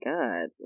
God